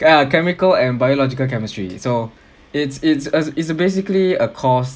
ya chemical and biological chemistry so it's it's a it's a basically a course